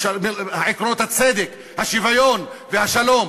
עקרונות הצדק, השוויון והשלום.